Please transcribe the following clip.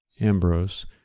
Ambrose